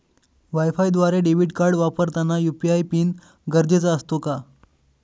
वायफायद्वारे debit card वापरताना UPI PIN गरजेचा असतो का?